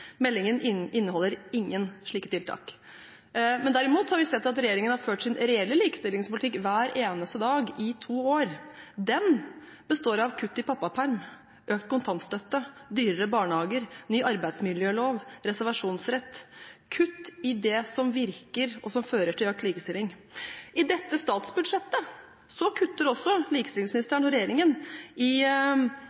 Meldingen inneholder ingen slike tiltak. Derimot har vi sett at regjeringen har ført sin reelle likestillingspolitikk hver eneste dag i to år. Den består av kutt i pappaperm, økt kontantstøtte, dyrere barnehager, ny arbeidsmiljølov, reservasjonsrett – kutt i det som virker, og som fører til økt likestilling. I dette statsbudsjettet kutter også likestillingsministeren og regjeringen i